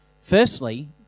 Firstly